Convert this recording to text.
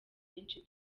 benshi